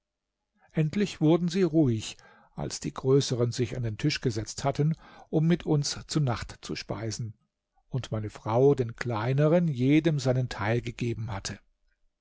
endlich wurden sie ruhig als die größeren sich an den tisch gesetzt hatten um mit uns zu nacht zu speisen und meine frau den kleineren jedem seinen teil gegeben hatte